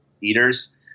eaters